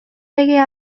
legea